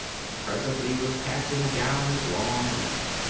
and pres ently was passing down its long length.